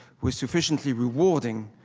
was sufficiently rewarding,